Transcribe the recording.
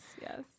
yes